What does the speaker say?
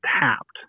tapped